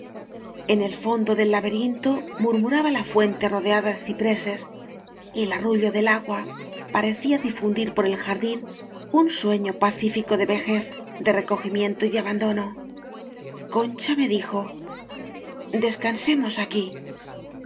en el fondo del laberinto murmu raba la fuente rodeada de cipreses y el arru llo del agua parecía difundir por el jardín un sueño pacífico de vejez de recogimiento y de abandono concha me dijo descansemos aquí